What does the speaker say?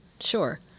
Sure